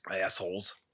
assholes